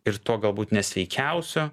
ir to galbūt nesveikiausio